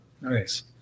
nice